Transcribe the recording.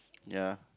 ya